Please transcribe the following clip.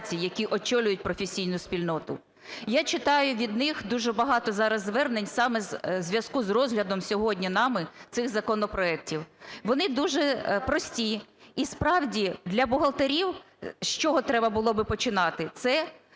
Я читаю від них дуже багато зараз звернень саме в зв'язку з розглядом сьогодні нами цих законопроектів. Вони дуже прості і справді для бухгалтерів з чого треба було би починати? Це